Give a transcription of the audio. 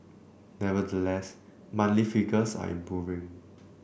nevertheless monthly figures are improving